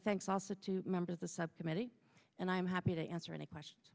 thanks also to a member of the subcommittee and i'm happy to answer any questions